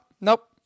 nope